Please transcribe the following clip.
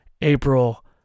April